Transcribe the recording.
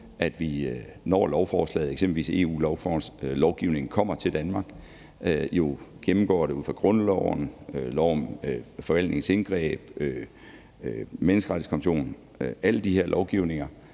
vi, når lovforslaget, eksempelvis EU-lovgivning, kommer til Danmark, jo gennemgår det ud fra grundloven, lov om forvaltningens indgreb og menneskerettighedskonventionen. Alle de her lovgivninger